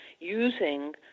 using